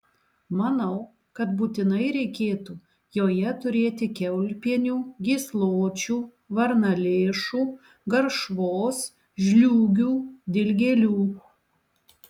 manau kad būtinai reikėtų joje turėti kiaulpienių gysločių varnalėšų garšvos žliūgių dilgėlių